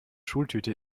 schultüte